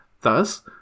Thus